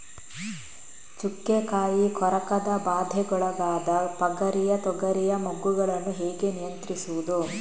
ಚುಕ್ಕೆ ಕಾಯಿ ಕೊರಕದ ಬಾಧೆಗೊಳಗಾದ ಪಗರಿಯ ತೊಗರಿಯ ಮೊಗ್ಗುಗಳನ್ನು ಹೇಗೆ ನಿಯಂತ್ರಿಸುವುದು?